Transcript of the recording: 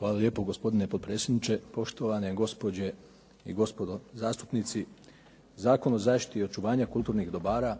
Hvala lijepo gospodine potpredsjedniče, poštovane gospođe i gospodo zastupnici. Zakon o zaštiti i očuvanja kulturnih dobara